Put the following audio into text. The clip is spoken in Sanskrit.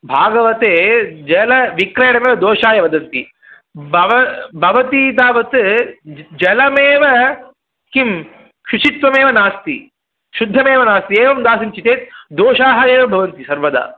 भागवते जलविक्रयणमेव दोषाय वदन्ति भव भवती तावत् जलमेव किं शुचित्वमेव नास्ति शुद्धमेव नास्ति एवम् दास्यन्ति चेत् दोषाः एव भवन्ति सर्वदा